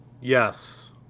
Yes